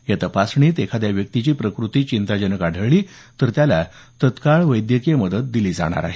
या तपासणीत एखाद्या व्यक्तीची प्रकृती चिंताजनक आढळून आली तर त्याला तात्काळ वैद्यकीय मदत देण्यात येणार आहे